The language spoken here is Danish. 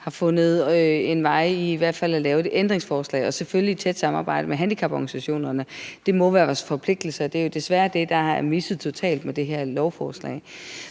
har fundet en vej i i hvert fald at lave et ændringsforslag, selvfølgelig i tæt samarbejde med handicaporganisationerne. Det må være vores forpligtelse, og det er jo desværre det, der er misset totalt med det her lovforslag.